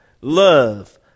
love